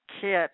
kit